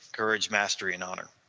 courage, mastery and honor